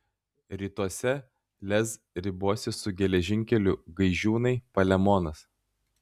rytuose lez ribosis su geležinkeliu gaižiūnai palemonas